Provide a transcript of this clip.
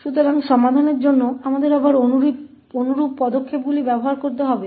इसलिए समाधान के लिए हमें फिर से समान चरणों का उपयोग करना होगा